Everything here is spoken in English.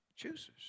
chooses